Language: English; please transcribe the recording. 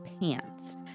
pants